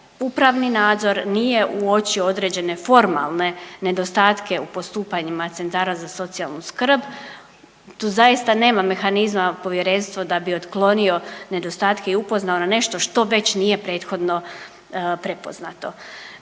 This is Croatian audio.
upravni nadzor nije uopćio određene formalne nedostatke u postupanjima centara za socijalnu skrb tu zaista nema mehanizma povjerenstvo da bi otklonio nedostatke i upoznao na nešto što već nije prethodno prepoznato.